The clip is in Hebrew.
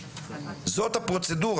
זאת הפרוצדורה,